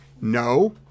No